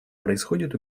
происходит